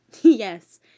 Yes